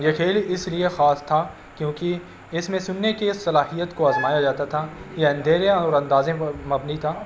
یہ کھیل اس لیے خاص تھا کیونکہ اس میں سننے کی صلاحیت کو آزمایا جاتا تھا یہ اندھیرے اور اندازے پر مبنی تھا